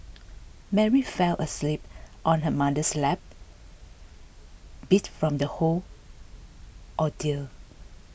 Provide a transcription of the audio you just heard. Mary fell asleep on her mother's lap beat from the whole ordeal